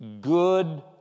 good